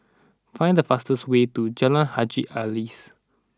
find the fastest way to Jalan Haji Alias